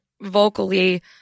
vocally